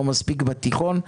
לא מספיק בתיכון,